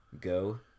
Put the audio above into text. go